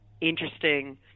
interesting